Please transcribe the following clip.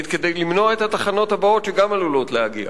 כדי למנוע את התחנות הבאות שגם עלולות להגיע.